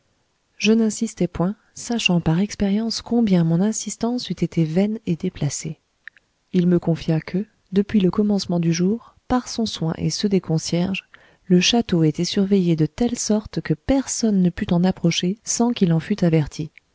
je n'insistais point sachant par expérience combien mon insistance eût été vaine et déplacée il me confia que depuis le commencement du jour par son soin et ceux des concierges le château était surveillé de telle sorte que personne ne pût en approcher sans qu'il en fût averti